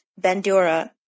Bandura